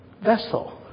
vessel